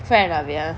fair enough ya